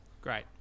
great